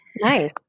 Nice